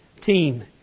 team